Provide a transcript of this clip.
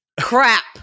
crap